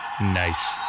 Nice